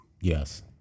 Yes